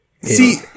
See